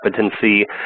competency